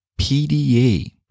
PDA